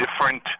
different